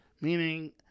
Meaning